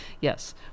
Yes